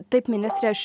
taip ministre aš